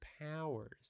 powers